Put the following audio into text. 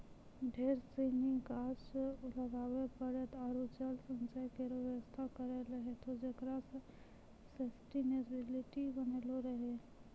ढेर सिनी गाछ लगाबे पड़तै आरु जल संचय केरो व्यवस्था करै ल होतै जेकरा सें सस्टेनेबिलिटी बनलो रहे